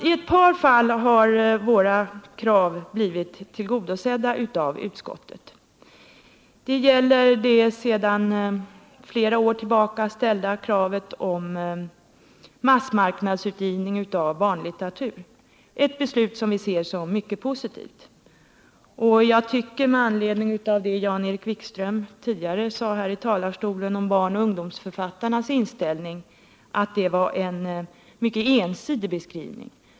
I ett par fall har våra krav blivit tillgodosedda av utskottet. Det gäller det sedan flera år tillbaka ställda kravet på massmarknadsutgivning av barnlitteratur, ett beslut som vi ser som mycket positivt. Den beskrivning som Jan-Erik Wikström gjorde av barnoch ungdomsförfattarnas inställning tycker jag var mycket ensidig.